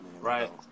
right